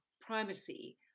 primacy